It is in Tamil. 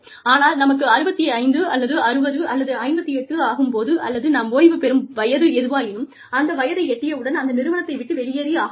ஆனால் நமக்கு 65 அல்லது 60 அல்லது 58 ஆகும் போது அல்லது நாம் ஓய்வு பெறும் வயது எதுவாயினும் அந்த வயதை எட்டியவுடன் அந்த நிறுவனத்தை விட்டு வெளியேறி ஆக வேண்டும்